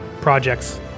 projects